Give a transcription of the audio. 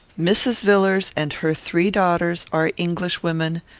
mrs. villars and her three daughters are englishwomen,